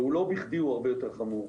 ולא בכדי הוא הרבה יותר חמור.